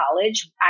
college